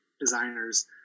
designers